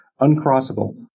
uncrossable